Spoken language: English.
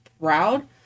proud